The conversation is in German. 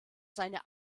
seine